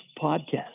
podcast